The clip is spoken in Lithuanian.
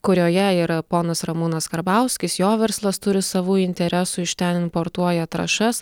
kurioje yra ponas ramūnas karbauskis jo verslas turi savų interesų iš ten importuoja trąšas